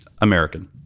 american